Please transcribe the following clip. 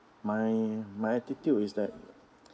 my my attitude is that